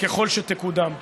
ככל שתקודם.